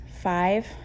five